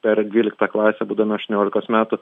per dvyliktą klasę būdami aštuoniolikos metų